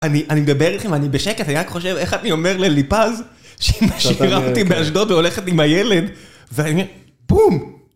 אני, אני מדבר איתכם, ואני בשקט, אני רק חושב, איך אני אומר לליפז, שהיא משאירה אותי באשדוד והולכת עם הילד, ואני אומר... בום!